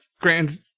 Grand